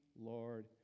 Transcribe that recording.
Lord